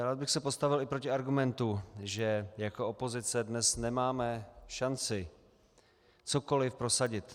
Rád bych se postavil i proti argumentu, že jako opozice dnes nemáme šanci cokoliv prosadit.